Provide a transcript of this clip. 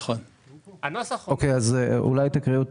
אולי תקריאו את